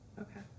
Okay